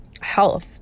health